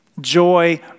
joy